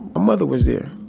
mother was there.